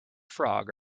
frog